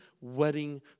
wedding